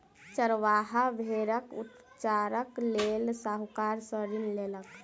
चरवाहा भेड़क उपचारक लेल साहूकार सॅ ऋण लेलक